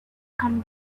come